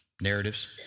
narratives